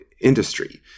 industry